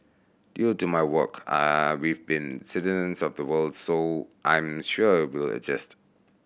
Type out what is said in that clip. due to my work I we've been citizens of the world so I'm sure we'll adjust